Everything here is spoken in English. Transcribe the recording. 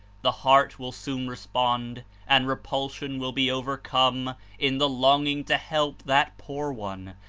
the heart will soon respond and repulsion will be overcome in the longing to help that poor one,